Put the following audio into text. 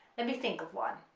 let me think of one